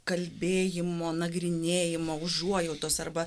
kalbėjimo nagrinėjimo užuojautos arba